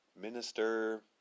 minister